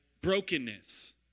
brokenness